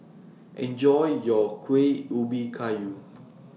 Enjoy your Kueh Ubi Kayu